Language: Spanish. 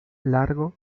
largo